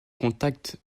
contact